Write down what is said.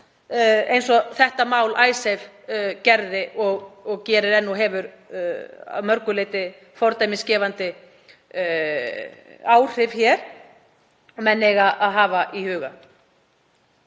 eins og þetta mál, Icesave, gerði og gerir enn og hefur að mörgu leyti fordæmisgefandi áhrif, sem menn eiga að hafa í huga.